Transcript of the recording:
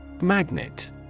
Magnet